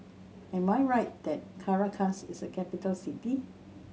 am I right that Caracas is a capital city